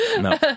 No